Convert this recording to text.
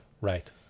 Right